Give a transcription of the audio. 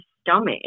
stomach